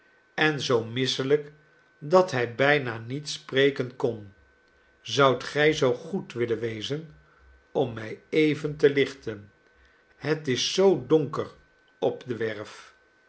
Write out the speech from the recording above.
en zoo misselijk dat hij bijna niet spreken kon zoudt gij zoo goed willen wezen om mij even te lichten het is zoo donker op de werf